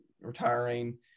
retiring